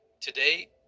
Today